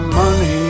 money